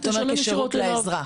אתה אומר: כשירות לאזרח.